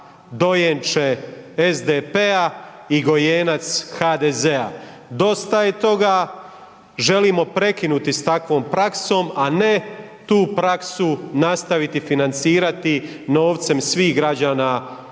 dojenče SDP-a i gojenac HDZ-a. Dosta je toga, želimo prekinuti s takvom praksom, a ne tu praksu nastaviti financirati novcem svih građana RH i